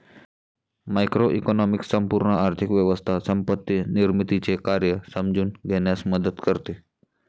macroeconomics संपूर्ण आर्थिक व्यवस्था संपत्ती निर्मितीचे कार्य समजून घेण्यास मदत करते